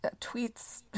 tweets